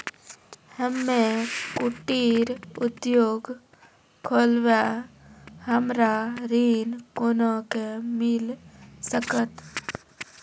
हम्मे कुटीर उद्योग खोलबै हमरा ऋण कोना के मिल सकत?